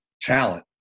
talent